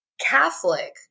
Catholic